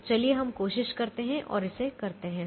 तो चलिए हम कोशिश करते हैं और इसे करते हैं